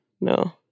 No